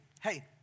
hey